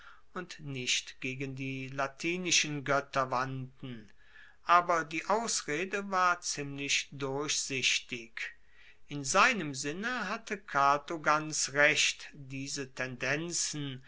und nicht gegen die latinischen goetter wandten aber die ausrede war ziemlich durchsichtig in seinem sinne hatte cato ganz recht diese tendenzen